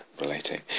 relating